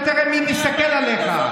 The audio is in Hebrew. אתה תראה מי מסתכל עליך.